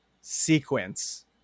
sequence